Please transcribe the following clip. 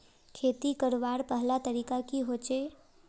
खेती करवार पहला तरीका की होचए?